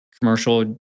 commercial